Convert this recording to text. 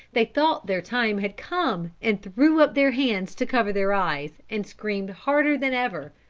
they thought their time had come and threw up their hands to cover their eyes and screamed harder than ever.